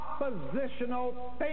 oppositional